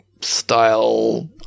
style